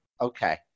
Okay